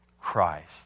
Christ